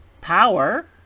power